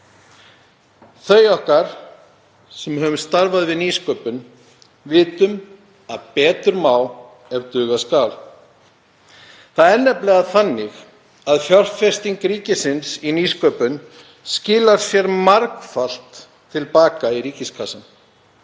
Við sem höfum starfað við nýsköpun vitum að betur má ef duga skal. Það er nefnilega þannig að fjárfesting ríkisins í nýsköpun skilar sér margfalt til baka í ríkiskassann.